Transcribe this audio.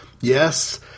yes